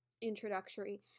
introductory